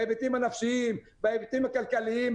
בהיבטים הכלכליים.